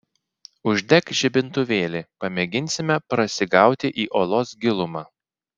uždek žibintuvėlį pamėginsime prasigauti į olos gilumą